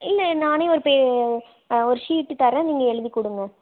இல்லை நானே ஒரு பே ஒரு ஷீட்டு தரேன் நீங்கள் எழுதி கொடுங்க